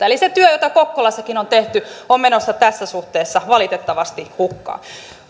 eli se työ jota kokkolassakin on tehty on menossa tässä suhteessa valitettavasti hukkaan